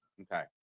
Okay